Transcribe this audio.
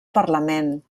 parlament